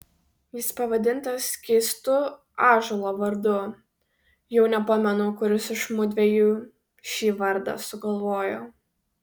jis pavadintas keistu ąžuolo vardu jau nepamenu kuris iš mudviejų šį vardą sugalvojo